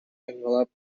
envelope